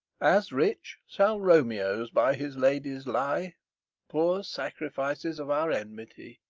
as rich shall romeo's by his lady's lie poor sacrifices of our enmity!